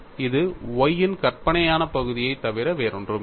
இது Y இன் கற்பனையான பகுதியைத் தவிர வேறொன்றுமில்லை